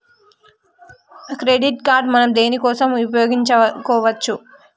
Credit card మనం దేనికోసం ఉపయోగించుకోవచ్చు?